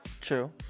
True